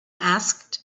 asked